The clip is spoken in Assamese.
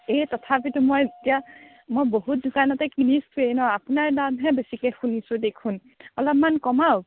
এই তথাপিতো মই এতিয়া মই বহুত দোকানতে কিনিছোঁঁৱেই ন' আপোনাৰ দামহে বেছিকৈ শুনিছোঁ দেখোন অলপমান কমাওক